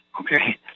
okay